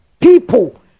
people